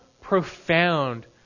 profound